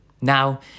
Now